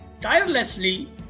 tirelessly